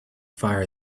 fire